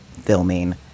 filming